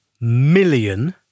million